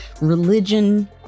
religion